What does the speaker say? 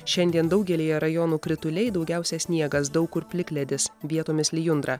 šiandien daugelyje rajonų krituliai daugiausia sniegas daug kur plikledis vietomis lijundra